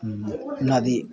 नदी